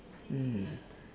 mm